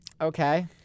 okay